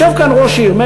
יושב כאן ראש עיר,